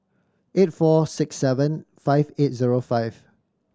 eight four six seven five eight zero five